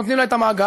נותנים לה את המאגר,